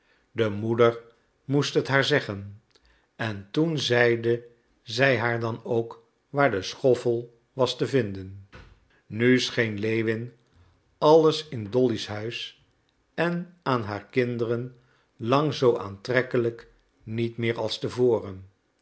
de moeder moest het haar zeggen en toen zeide zij haar dan ook waar de schoffel was te vinden nu scheen lewin alles in dolly's huis en aan haar kinderen lang zoo aantrekkelijk niet meer als te voren